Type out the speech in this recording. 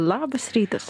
labas rytas